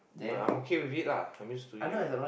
but I'm okay with it lah I'm used to it already